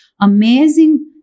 amazing